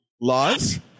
Laws